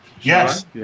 yes